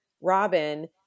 Robin